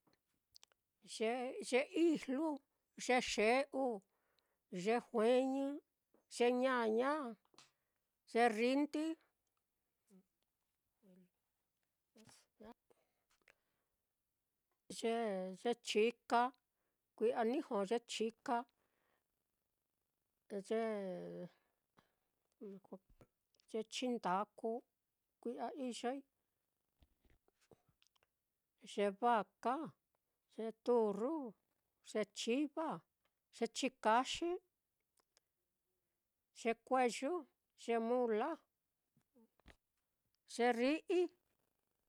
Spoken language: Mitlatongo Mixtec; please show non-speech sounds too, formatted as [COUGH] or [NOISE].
Ye-ye ijlu, ye xe'u, ye jueñi, ye ñaña, [NOISE] ye rrindi, [NOISE] ye-ye chika, kui'a ni jó ye chika, te ye [NOISE] ye chindaku, kui'a iyoi, [NOISE] ye vaka, ye turu, ye chiva, ye chikaxi, ye kueyu, ye mula, [NOISE] ye rri'i.